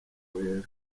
wera